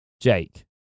Jake